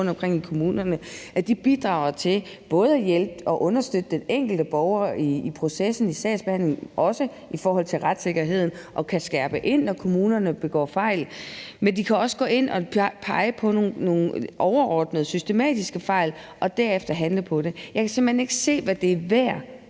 i kommunerne, at de bidrager til både at hjælpe og understøtte den enkelte borger i processen og i sagsbehandlingen, men også i forhold til retssikkerheden, og de kan skærpe ind, når kommunerne begår fejl. Men de kan også gå ind at pege på nogle overordnede, systematiske fejl og derefter handle på det. Jeg kan simpelt hen ikke se, hvad det er værd,